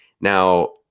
Now